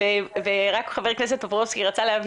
אפילו רפורמה שנעשתה אצלי במחלקה בתחום